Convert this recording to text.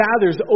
gathers